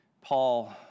Paul